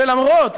למרות,